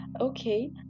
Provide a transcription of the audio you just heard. okay